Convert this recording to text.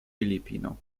filipino